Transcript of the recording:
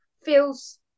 feels